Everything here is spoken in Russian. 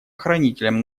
охранителем